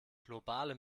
globale